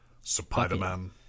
Spider-Man